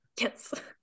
Yes